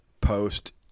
post